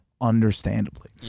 Understandably